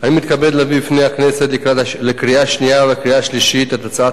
אני מתכבד להביא בפני הכנסת לקריאה שנייה ולקריאה שלישית את הצעת